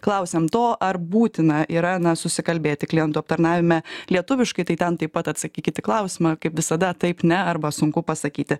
klausiam to ar būtina yra na susikalbėti klientų aptarnavime lietuviškai tai ten taip pat atsakykit į klausimą kaip visada taip ne arba sunku pasakyti